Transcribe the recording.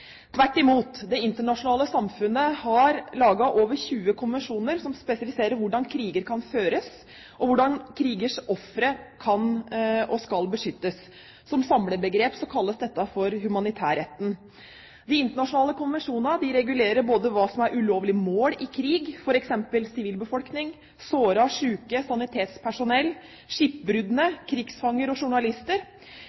Tvert imot, det internasjonale samfunnet har laget over 20 konvensjoner som spesifiserer hvordan kriger kan føres, og hvordan krigens ofre kan og skal beskyttes. Som samlebegrep kalles dette humanitærretten. Disse internasjonale konvensjonene regulerer både hva som er ulovlige mål i krig, f.eks. sivilbefolkning, sårede, syke, sanitetspersonell,